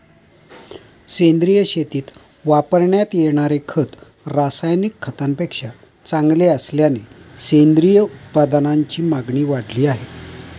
सेंद्रिय शेतीत वापरण्यात येणारे खत रासायनिक खतांपेक्षा चांगले असल्याने सेंद्रिय उत्पादनांची मागणी वाढली आहे